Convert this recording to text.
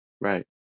right